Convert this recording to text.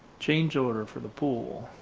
change order for the pool.